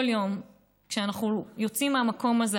כל יום כשאנחנו יוצאים מהמקום הזה,